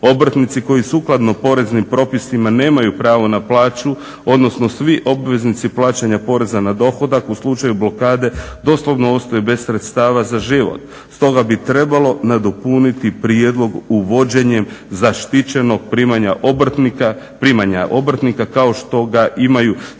Obrtnici koji sukladno poreznim propisima nemaju pravo na plaću, odnosno svi obveznici plaćanja poreza na dohodak u slučaju blokade doslovno ostaju bez sredstava za život. Stoga bi trebalo nadopuniti prijedlog uvođenjem zaštićenog primanja obrtnika kao što ga imaju svi